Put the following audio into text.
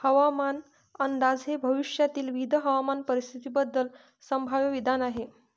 हवामान अंदाज हे भविष्यातील विविध हवामान परिस्थितींबद्दल संभाव्य विधान आहे